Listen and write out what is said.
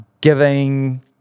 giving